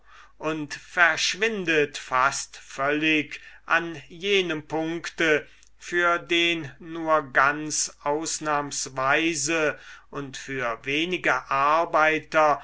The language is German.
und verschwindet fast völlig an jenem punkte für den nur ganz ausnahmsweise und für wenige arbeiter